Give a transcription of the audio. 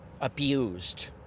abused